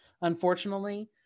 unfortunately